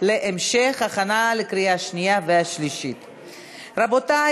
בהצעת חוק הפיקוח על שירותים פיננסיים (תיקוני חקיקה),